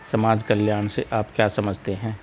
समाज कल्याण से आप क्या समझते हैं?